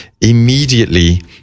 immediately